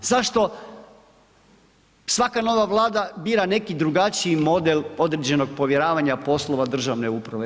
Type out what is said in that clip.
Zašto svaka nova Vlada bira neki drugačiji model određenog povjeravanja poslova državne uprave?